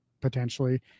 potentially